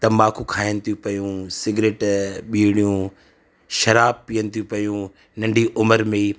तंबाकू खाइन थियूं पियूं सिगरेट ॿीड़ियूं शराब पीअन थियूं पियूं नंढी उमिरि में ई